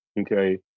okay